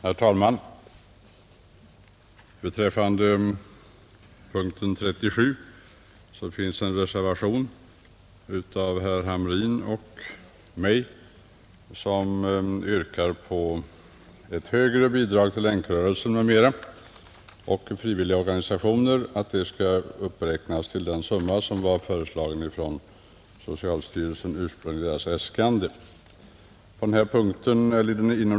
Herr talman! Vid punkten 37 finns en reservation av herr Hamrin och mig, vari vi yrkar på att anslaget ”Bidrag till Länkrörelsen m.m. och andra frivilliga ideella organisationer” uppräknas till den summa som var föreslagen i socialstyrelsens ursprungliga äskande.